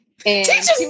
Teachers